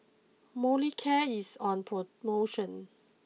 Molicare is on promotion